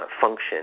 function